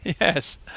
Yes